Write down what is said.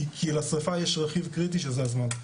כי לשריפה יש רכיב קריטי שזה הזמן.